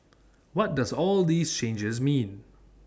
what does all these changes mean